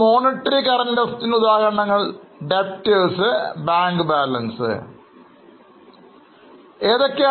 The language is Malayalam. Monetary ഉദാഹരണങ്ങളായി debtors bank balance എന്നിവയാണ്